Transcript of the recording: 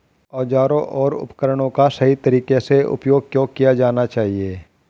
औजारों और उपकरणों का सही तरीके से उपयोग क्यों किया जाना चाहिए?